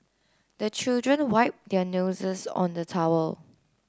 the children wipe their noses on the towel